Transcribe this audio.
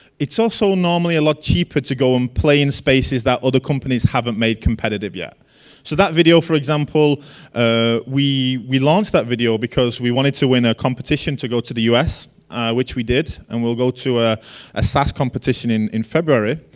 it's also normally a lot cheaper to go and play in spaces that are the companies haven't made competitive yet. so that video for example ah we will launch that video, because we wanted to win a competition to go to the us which we did and we'll go to ah a saas competition in in february,